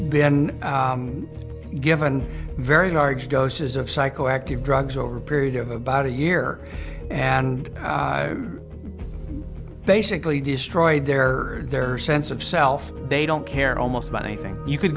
been given very large doses of psychoactive drugs over a period of about a year and basically destroyed their their sense of self they don't care almost about anything you c